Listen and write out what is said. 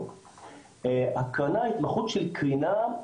ההקרנה, ההתמחות של קרינה,